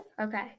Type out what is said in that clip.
Okay